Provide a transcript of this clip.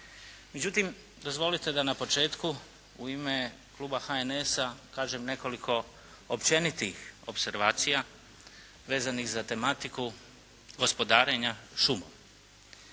Međutim, dozvolite da na početku u ime kluba HNS-a kažem nekoliko općenitih opservacija vezanih za tematiku gospodarenja šumom.